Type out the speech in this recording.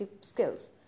skills